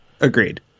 Agreed